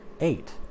eight